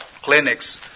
clinics